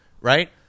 right